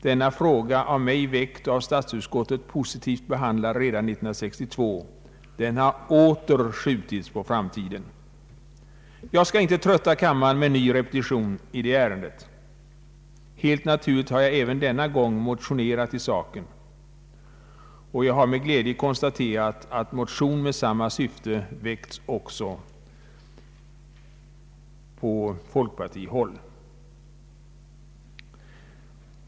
Denna fråga, av mig väckt och av statsutskottet positivt behandlad redan 1962, har åter skjutits på framtiden. Jag skall inte trötta kammaren med ny repetition i det ärendet. Helt naturligt har jag även denna gång motionerat i saken, och jag har med glädje konstaterat att motion med samma syfte väckts också på folkpartihåll.